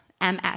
MS